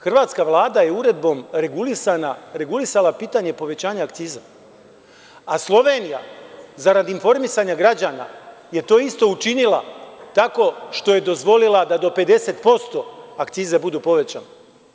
Hrvatska vlada je uredbom regulisala pitanje povećanja akciza, a Slovenija, zarad informisanja građana, je to isto učinila tako što je dozvolila da do 50% akciza budu povećane.